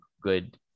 good